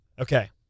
okay